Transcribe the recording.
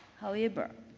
however,